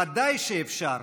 ודאי שאפשר,